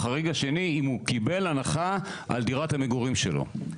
החריג השני הוא אם הוא קיבל הנחה על דירת המגורים שלו.